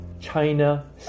China